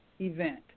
event